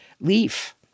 leaf